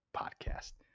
podcast